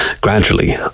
Gradually